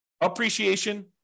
appreciation